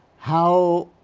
how